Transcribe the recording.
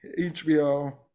HBO